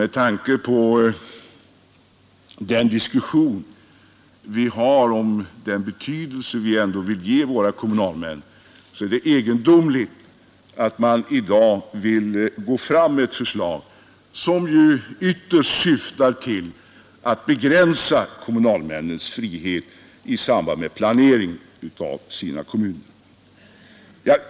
Med tanke på den diskussion vi för om den betydelse de ändå vill ge våra kommunalmän är det egendomligt att man i dag vill gå fram med ett förslag som ju ytterst syftar till att begränsa kommunalmännens frihet i samband med planeringen av deras kommuner.